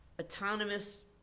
autonomous